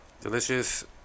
Delicious